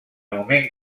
moment